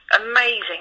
amazing